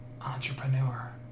entrepreneur